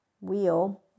wheel